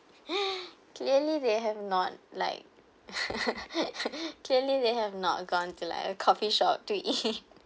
clearly they have not like clearly they have not gone to like a coffee shop to eat